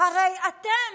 הרי אתם